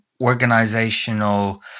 organizational